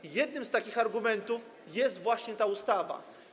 I jednym z takich argumentów jest właśnie ta ustawa.